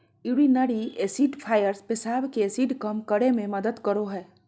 urinary acidifiers पेशाब के acid कम करे मे मदद करो हय